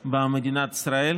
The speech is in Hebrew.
במדינת ישראל.